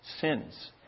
sins